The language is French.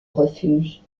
refuge